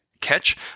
catch